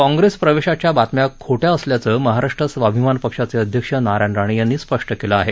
काँप्रेस प्रवेशाच्या बातम्या खोट्या असल्याचं महाराष्ट्र स्वाभीमान पक्षाचे अध्यक्ष नारायण राणे यांनी स्पष्ट केलं आहे